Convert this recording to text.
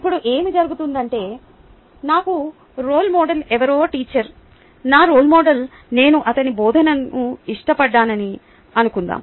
ఇప్పుడు ఏమి జరుగుతుందంటే నాకు రోల్ మోడల్ ఎవ్వరో టీచర్ నా రోల్ మోడల్ నేను అతని బోధను ఇష్టపడ్డానని అనుకుందాం